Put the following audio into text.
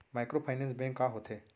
Microfinance bank का होथे?